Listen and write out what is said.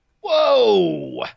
Whoa